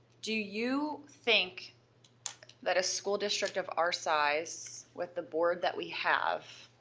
do you think that a school district of our size, with the board that we have,